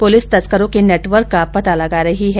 police तस्करों के network को पता लगा रही है